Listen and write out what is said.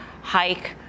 hike